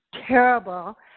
terrible